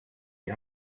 die